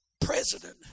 president